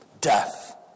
death